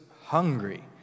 hungry